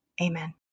amen